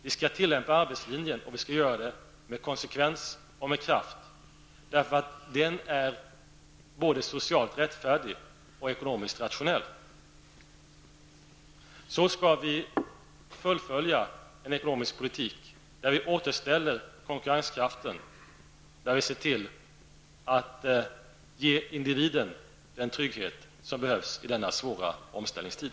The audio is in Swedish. Vi skall tillämpa arbetslinjen, och vi skall göra det med konsekvens och med kraft därför att den är både socialt rättfärdig och ekonomiskt rationell. Så skall vi fullfölja en ekonomisk politik där vi återställer konkurrenskraften, där vi ser till att ge individen den trygghet som behövs i denna svåra omställningstid.